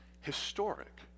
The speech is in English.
historic